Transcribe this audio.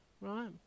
right